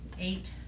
Eight